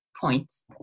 points